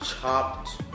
chopped